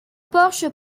porche